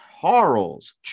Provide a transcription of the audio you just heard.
Charles